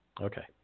Okay